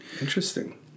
interesting